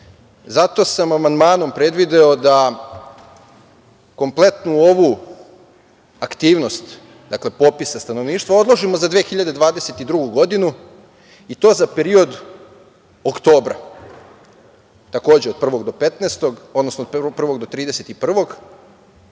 sam amandmanom predvideo da kompletnu ovu aktivnost, dakle popis stanovništva odložimo za 2022. godinu i to za period oktobra, takođe od 1. do 15, odnosno od 1. do 31, iz